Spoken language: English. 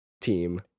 team